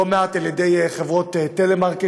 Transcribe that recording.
לא מעט על ידי חברות טלמרקטינג,